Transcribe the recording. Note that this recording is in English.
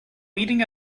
leading